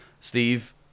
Steve